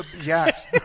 yes